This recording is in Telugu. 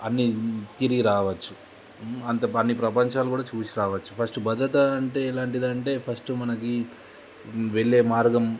అన్ని తిరిగి రావచ్చు అంత అన్ని ప్రపంచాలు కూడా చూసి రావచ్చు ఫస్ట్ భద్రత అంటే ఎలాంటిది అంటే ఫస్ట్ మనకి వెళ్ళే మార్గం